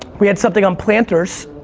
we had something on planters,